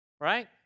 right